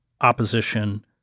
opposition